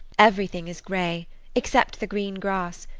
everything is grey except the green grass,